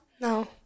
No